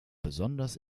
besonders